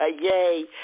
Yay